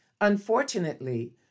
Unfortunately